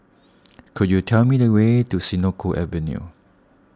could you tell me the way to Senoko Avenue